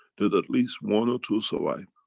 that at least one or two survive.